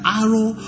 arrow